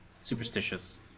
superstitious